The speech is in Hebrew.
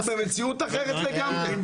אנחנו במציאת אחרת לגמרי.